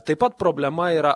taip pat problema yra